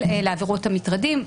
לעבירות המטרדים.